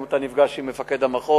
היום אתה נפגש עם מפקד המחוז.